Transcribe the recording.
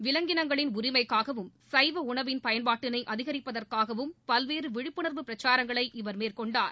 விவங்கினங்களின் உரிமைக்காகவும் சைவ உணவின் பயன்பாட்டினை அதிகரிப்பதற்காகவும் பல்வேறு விழிப்புணர்வு பிரச்சாரங்களை இவர் மேற்கொண்டார்